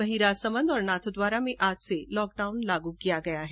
वहीं राजसमन्द और नाथद्वारा में आज से लॉकडाउन लागू किया गया है